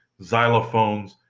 xylophones